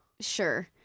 Sure